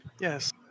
Yes